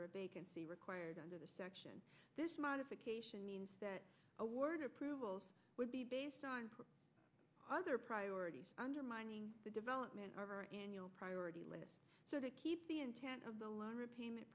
or a vacancy required under the section this modification means that award approvals would be based on other priorities undermining the development of our annual priority list so to keep the intent of the loan repayment